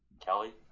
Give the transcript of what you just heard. Kelly